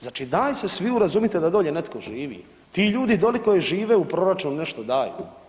Znači dajte se svi urazumite da dolje netko živi, ti ljudi doli koji žive u proračun nešto daju.